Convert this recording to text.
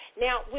Now